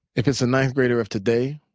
if it's a ninth grader of today,